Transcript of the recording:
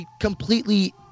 completely